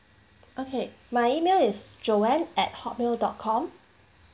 okay my email is joanne at hotmail dot com